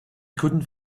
couldn’t